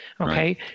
Okay